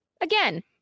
Again